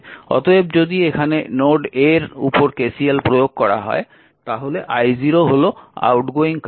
অতএব যদি এখানে নোড a এর উপর KCL প্রয়োগ করা হয় তাহলে i0 হল আউটগোয়িং কারেন্ট